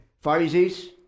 Pharisees